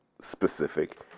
specific